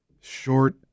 short